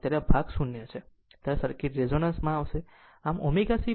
જ્યારે આ ભાગ 0 હશે ત્યારે સર્કિટ રેઝોનન્સમાં આવશે